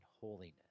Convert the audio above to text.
holiness